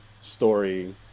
story